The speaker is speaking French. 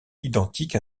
identique